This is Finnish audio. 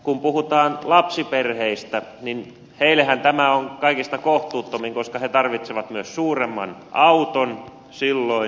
kun puhutaan lapsiperheistä niin heillehän tämä on kaikista kohtuuttominta koska he tarvitsevat myös suuremman auton silloin